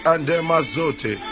Andemazote